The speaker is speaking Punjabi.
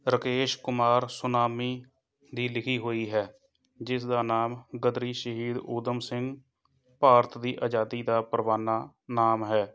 ਰਕੇਸ਼ ਕੁਮਾਰ ਸੁਨਾਮੀ ਦੀ ਲਿਖੀ ਹੋਈ ਹੈ ਜਿਸ ਦਾ ਨਾਮ ਗਦਰੀ ਸ਼ਹੀਦ ਊਧਮ ਸਿੰਘ ਭਾਰਤ ਦੀ ਆਜ਼ਾਦੀ ਦਾ ਪਰਵਾਨਾ ਨਾਮ ਹੈ